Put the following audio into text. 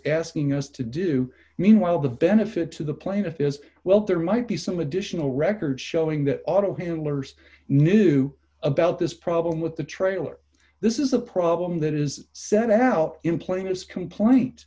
asking us to do meanwhile the benefit to the plaintiff as well there might be some additional records showing that auto handlers knew about this problem with the trailer this is a problem that is set out in plainest complaint